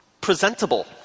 presentable